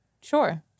Sure